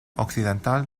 occidental